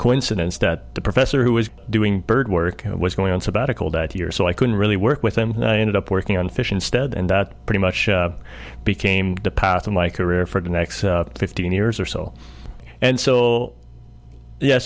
coincidence that the professor who was doing bird work was going on sabbatical that year so i couldn't really work with him and i ended up working on fish instead and that pretty much became the path of my career for the next fifteen years or so and so ye